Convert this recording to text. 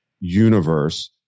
Universe